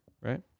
right